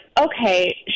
okay